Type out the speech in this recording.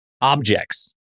objects